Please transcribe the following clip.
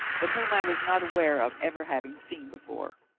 but whom i was not aware of ever having seen before.